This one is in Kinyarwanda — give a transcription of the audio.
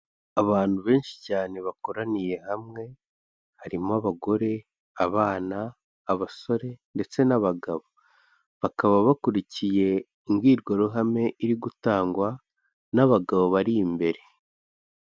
Abantu benshi cyane bakoraniye hamwe, harimo abagore, abana, abasore ndetse n'abagabo. Bakaba bakurikiye imbwirwaruhame iri gutangwa n'abagabo bari imbere.